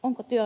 on koteja